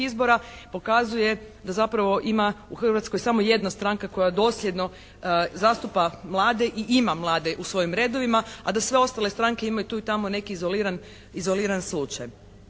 izbora pokazuje da zapravo ima u Hrvatskoj samo jedna stranka koja dosljedno zastupa mlade i ima mlade u svojim redovima a da sve ostale stranke imaju tu i tamo neki izoliran slučaj.